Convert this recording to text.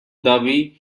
dhabi